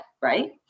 Right